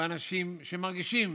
באנשים שמרגישים